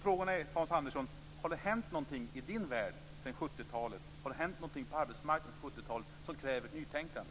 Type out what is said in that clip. Frågan är om det har hänt någonting i Hans Anderssons värld sedan 70-talet. Har det hänt någonting på arbetsmarknaden sedan 70-talet som kräver ett nytänkande?